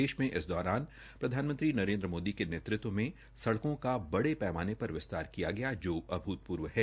देश्ज में इस दौरान प्रधानमंत्री नरेन्द्र मोदी के नेत्रत्व में सडकों को बडे पैमाने पर विस्तार किया किया गया जो अभूतपूर्व है